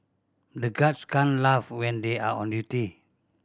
the guards can laugh when they are on duty